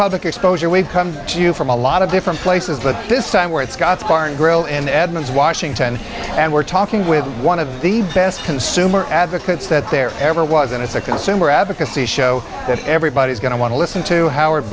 public exposure we've come to you from a lot of different places but this time where it's got the bar and grill and edmonds washington and we're talking with one of the best consumer advocates that there ever was and it's a consumer advocacy show that everybody's going to want to listen to howard